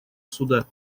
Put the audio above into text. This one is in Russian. суда